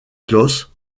claus